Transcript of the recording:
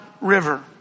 River